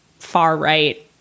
far-right